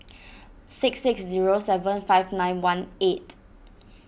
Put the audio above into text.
six six zero seven five nine one eight